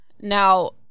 Now